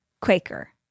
Quaker